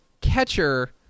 Catcher